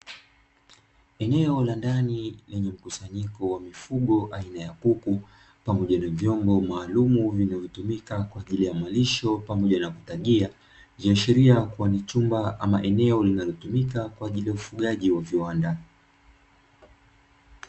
Eneo la ndani lenye mkusanyiko wa mifugo aina ya kuku pamoja na vyombo maalumu, vinavyotumika kwa ajili ya malisho pamoja na kutagia ikiashiria ni chumba au eneo linalotumika kwa ajili ya ufugaji wa viwanda.